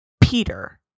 Peter